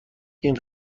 این